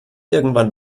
irgendwann